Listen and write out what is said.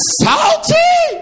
salty